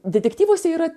detektyvuose yra